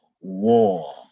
war